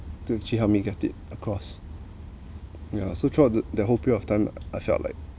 to actually help me get it across yeah so throughout the whole period of time I felt like